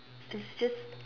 it's just